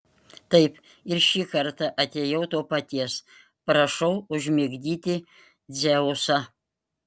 taip ir šį kartą atėjau to paties prašau užmigdyti dzeusą